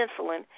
insulin